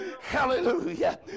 hallelujah